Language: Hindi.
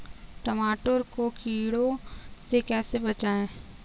टमाटर को कीड़ों से कैसे बचाएँ?